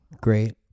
great